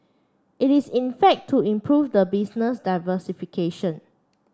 it is in fact to improve the business diversification